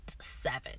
seven